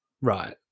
Right